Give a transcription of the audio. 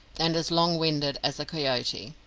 and as long-winded as a coyote.